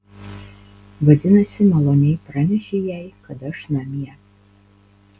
vadinasi maloniai pranešei jai kad aš namie